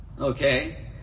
okay